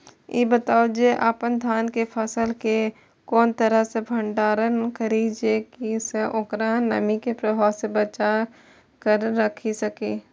ई बताऊ जे अपन धान के फसल केय कोन तरह सं भंडारण करि जेय सं ओकरा नमी के प्रभाव सं बचा कय राखि सकी?